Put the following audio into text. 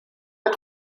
mit